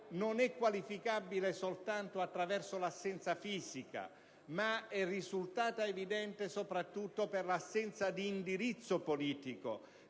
non è qualificabile soltanto in termini di assenza fisica, ma è risultata evidente soprattutto per l'assenza di indirizzo politico.